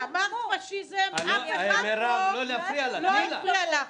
אמרת פשיזם, לא אמרתי מילה.